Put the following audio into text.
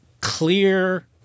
clear